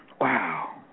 wow